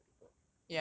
most of the people